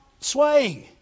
swaying